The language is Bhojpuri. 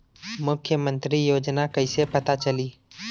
मुख्यमंत्री योजना कइसे पता चली?